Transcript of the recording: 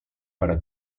para